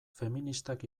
feministak